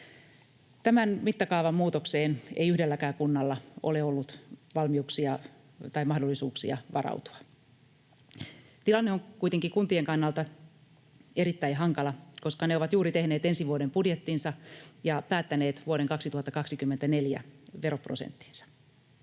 Tämän mittakaavan muutokseen ei yhdelläkään kunnalla ole ollut valmiuksia tai mahdollisuuksia varautua. Tilanne on kuitenkin kuntien kannalta erittäin hankala, koska ne ovat juuri tehneet ensi vuoden budjettinsa ja päättäneet vuoden 2024 veroprosenttinsa.